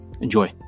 enjoy